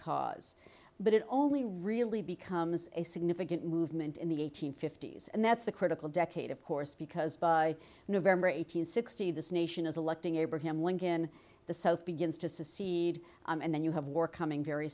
cause but it only really becomes a significant movement in the eight hundred fifty s and that's the critical decade of course because by november eighteenth sixty this nation is electing abraham lincoln the south begins to secede and then you have war coming very